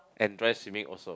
and dry swimming also